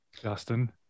Justin